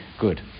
good